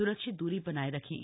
सुरक्षित दूरी बनाए रखें